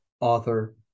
author